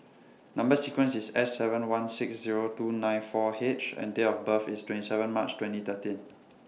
Number sequence IS S seven one six Zero two nine four H and Date of birth IS twenty seven March twenty thirteen